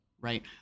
Right